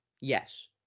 Yes